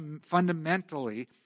fundamentally